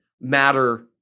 matter